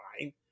fine